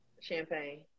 Champagne